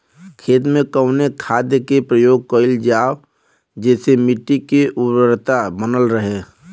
खेत में कवने खाद्य के प्रयोग कइल जाव जेसे मिट्टी के उर्वरता बनल रहे?